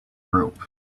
rope